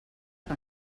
que